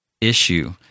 issue